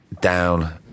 down